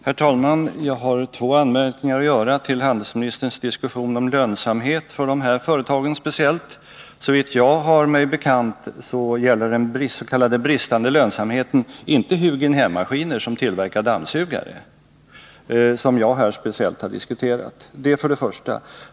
Herr talman! Jag har två anmärkningar att göra till vad handelsministern säger om lönsamheten för speciellt de här företagen. För det första gäller, såvitt jag har mig bekant, den s.k. bristande lönsamheten inte Hugin Hemmaskiner, som tillverkar dammsugare, vilket jag särskilt uppehållit mig vid.